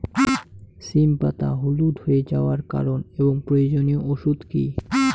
সিম পাতা হলুদ হয়ে যাওয়ার কারণ এবং প্রয়োজনীয় ওষুধ কি?